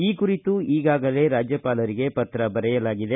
ಈ ಕುರಿತು ಈಗಾಗಲೇ ರಾಜ್ಞಪಾಲರಿಗೆ ಪತ್ರ ಬರೆಯಲಾಗಿದೆ